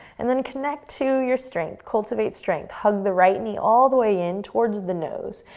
and then connect to your strength, cultivate strength. hug the right knee all the way in towards the nose.